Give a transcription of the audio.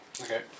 Okay